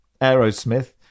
Aerosmith